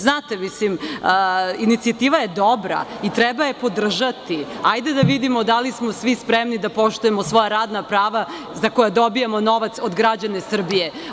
Znate, mislim, inicijativa je dobra i treba je podržati, hajde da vidimo da li smo svi spremni da poštujemo svoja radna prava za koja dobijamo novac od građana Srbije.